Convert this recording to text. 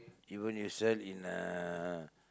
even if you sell in uh